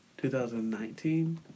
2019